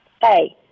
Hey